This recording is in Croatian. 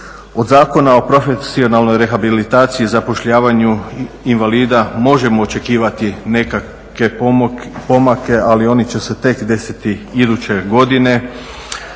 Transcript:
Od Zakona o profesionalnoj rehabilitaciji i zapošljavanju invalida možemo očekivati nekakve pomake, ali oni će se tek desiti iduće godine.